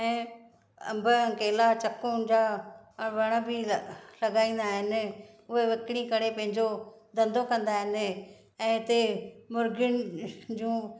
ऐं अंब केला चकुनि जा वण बि ल लॻाईंदा आहिनि उहे विकणी करे पंहिंजो धंधो कंदा आहिनि ऐं हिते मुर्गियुनि जूं